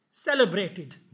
Celebrated